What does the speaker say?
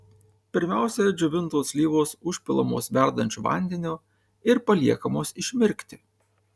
pirmiausia džiovintos slyvos užpilamos verdančiu vandeniu ir paliekamos išmirkti